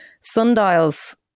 sundials